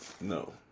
No